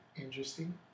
interesting